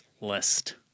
list